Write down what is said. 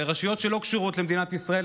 ברשויות שלא קשורות למדינת ישראל,